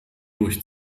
durch